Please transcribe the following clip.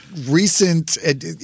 recent